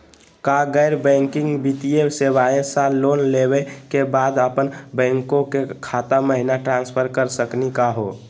का गैर बैंकिंग वित्तीय सेवाएं स लोन लेवै के बाद अपन बैंको के खाता महिना ट्रांसफर कर सकनी का हो?